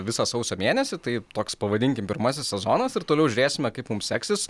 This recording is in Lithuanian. visą sausio mėnesį tai toks pavadinkim pirmasis sezonas ir toliau žiūrėsime kaip mums seksis